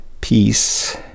Peace